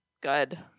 Good